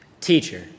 Teacher